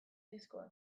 diskoak